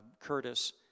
Curtis